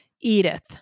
Edith